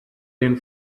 den